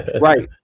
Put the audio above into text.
Right